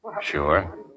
Sure